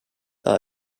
are